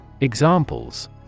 Examples